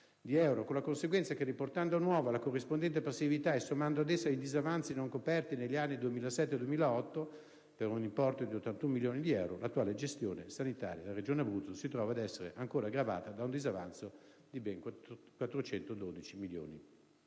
con la conseguenza che, riportando a nuovo la corrispondente passività e sommando ad essa i disavanzi non coperti negli anni 2007 e 2008 per un importo di 81 milioni di euro, l'attuale gestione sanitaria della Regione Abruzzo si trova ad essere ancora gravata da un disavanzo di ben 412 milioni